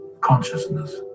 consciousness